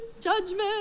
judgment